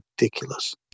ridiculous